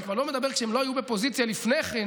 אני כבר לא מדבר על כשהם לא היו בפוזיציה לפני כן,